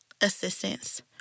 assistance